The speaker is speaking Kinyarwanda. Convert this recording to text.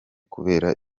kubera